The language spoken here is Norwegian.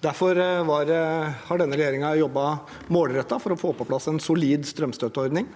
Derfor har denne regjeringen jobbet målrettet for å få på plass en solid strømstøtteordning.